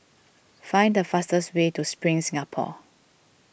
find the fastest way to Spring Singapore